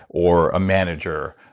or a manager,